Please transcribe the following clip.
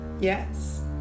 Yes